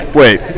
wait